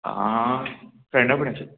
आं फ्रेंडा फुड्या